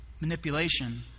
manipulation